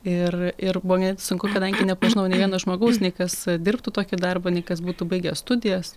ir ir buvo sunku kadangi nepažinau nė vieno žmogaus nei kas dirbtų tokį darbą nei kas būtų baigęs studijas